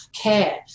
care